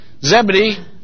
Zebedee